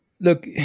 look